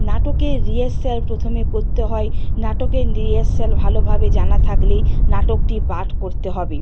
নাটকের রিহার্সাল প্রথমে করতে হয় নাটকের রিহার্সাল ভালোভাবে জানা থাকলে নাটকটি পাঠ করতে হবে